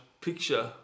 picture